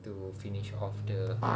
to finish off the ah